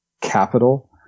capital